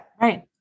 Right